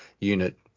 unit